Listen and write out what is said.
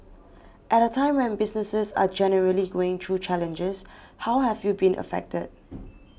at a time when businesses are generally going through challenges how have you been affected